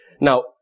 Now